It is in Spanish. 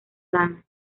lana